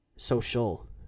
Social